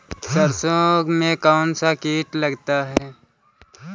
सरसों में कौनसा कीट लगता है?